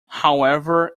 however